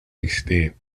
extent